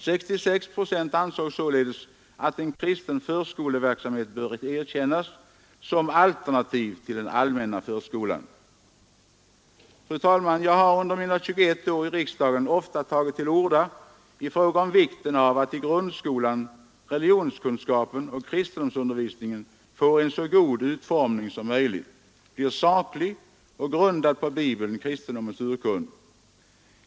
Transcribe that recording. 66 procent ansåg således att en kristen förskoleverksamhet bör erkännas som ett alternativ till den allmänna förskolan. Fru talman! Jag har under mina 21 år i riksdagen ofta tagit till orda i fråga om vikten av att i grundskolan religionskunskapen och kristendomsundervisningen får en så god utformning som möjligt, blir saklig och grundad på Bibeln, kristendomens urkund.